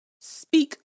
speak